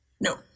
No